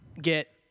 get